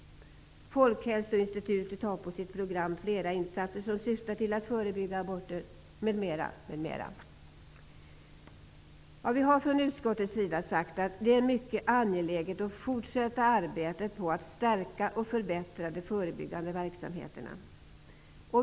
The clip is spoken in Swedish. Folkhälsoinstitutet har på sitt program fler insatser som syftar till att förebygga aborter m.m. Vi har från utskottets sida sagt att det är mycket angeläget att fortsätta arbetet på att stärka och förbättra den förebyggande verksamheten.